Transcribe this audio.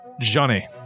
Johnny